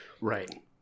right